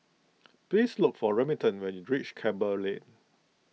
please look for Remington when you reach Campbell Lane